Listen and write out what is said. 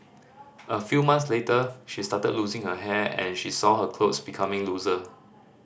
a few months later she started losing her hair and she saw her clothes becoming looser